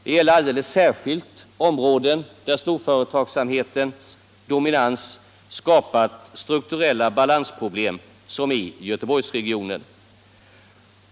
Det gäller alldeles särskilt områden där storföretagsamhetens dominans skapat strukturella balansproblem som i Göteborgsregionen.